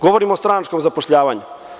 Govorim o stranačkom zapošljavanju.